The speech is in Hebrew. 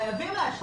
חייבים להשמיע קול.